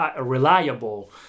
reliable